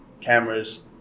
cameras